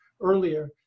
earlier